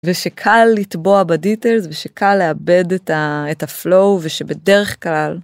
ושקל לטבוע בדיטלס, ושקל לאבד את הפלואו, ושבדרך כלל.